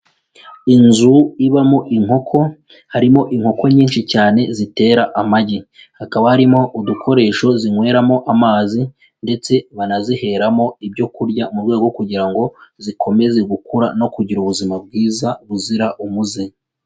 Inzu ibamo inkoko harimo inkoko nyinshi cyane zitera amagi, hakaba harimo udukoresho zinyweramo amazi ndetse banaziheramo ibyo kurya mu rwego kugira ngo zikomeze gukura no kugira ubuzima bwiza buzira umuze.